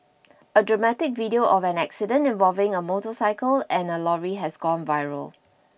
a dramatic video of an accident involving a motorcycle and a lorry has gone viral